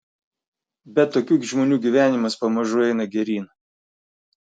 bet tokių žmonių gyvenimas pamažu eina geryn